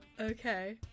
Okay